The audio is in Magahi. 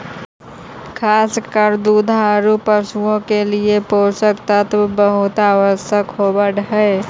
खास कर दुधारू पशुओं के लिए पोषक तत्व बहुत आवश्यक होवअ हई